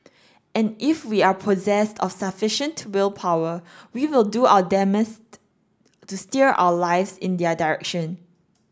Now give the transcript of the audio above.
and if we are possessed of sufficient willpower we will do our to steer our lives in their direction